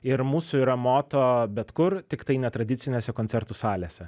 ir mūsų yra moto bet kur tiktai ne tradicinėse koncertų salėse